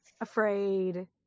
afraid